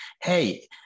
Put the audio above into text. hey